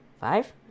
five